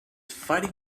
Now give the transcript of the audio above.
fighting